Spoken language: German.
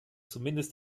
zumindest